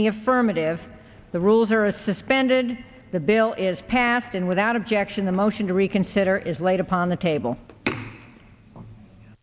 the affirmative the rules are a suspended the bill is passed and without objection the motion to reconsider is laid upon the table